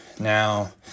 Now